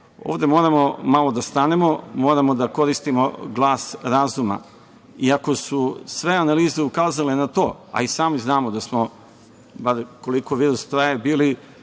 ovde moramo malo da stanemo, moramo da koristimo glas razuma, iako su sve analize ukazale na to, a i sami znamo da smo koliko virus traje bili